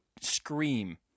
scream